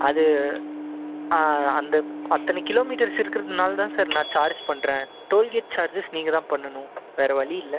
அது ஆ அந்த அத்தனை கிலோ மீட்டர்ஸ் இருக்கிறதுனால தான் சார் நான் சார்ஜ் பண்ணுறன் டோல்கேட் சார்ஜஸ் நீங்கள் தான் பண்ணனும் வேறு வழி இல்லை